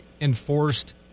enforced